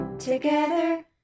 Together